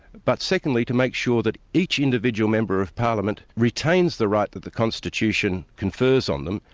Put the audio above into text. but secondly, to make sure that each individual member of parliament retains the right that the constitution confers on them,